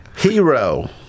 Hero